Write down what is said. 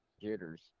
jitters